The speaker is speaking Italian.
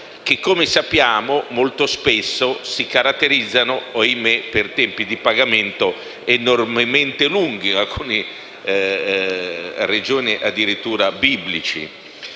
che, come sappiamo, molto spesso si caratterizzano - ahimè - per tempi di pagamento enormemente lunghi (in alcune Regioni tali